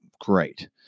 great